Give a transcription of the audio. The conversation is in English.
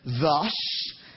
Thus